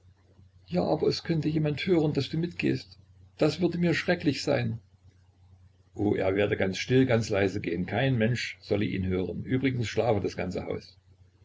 ja aber es könnte jemand hören daß du mit gehst das würde mir schrecklich sein o er werde ganz still ganz leise gehen kein mensch solle ihn hören übrigens schlafe das ganze haus